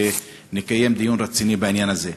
ונקיים דיון רציני בעניין הזה.